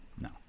No